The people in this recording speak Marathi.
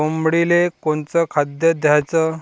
कोंबडीले कोनच खाद्य द्याच?